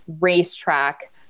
racetrack